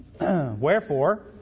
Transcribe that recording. Wherefore